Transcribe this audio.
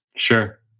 Sure